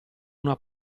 una